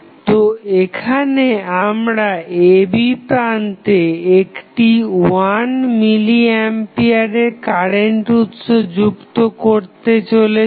তো এখানে আমরা ab প্রান্তে একটি 1 মিলি আম্পিয়ারের কারেন্ট উৎস যুক্ত করতে চলেছি